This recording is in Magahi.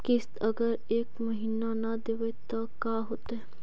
किस्त अगर एक महीना न देबै त का होतै?